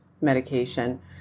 medication